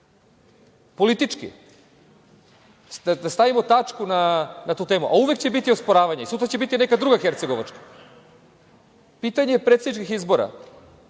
Politički, da stavimo tačku na tu temu, a uvek će biti osporavanja, a sutra će biti neka druga Hercegovačka. Pitanje predsedničkih izbora,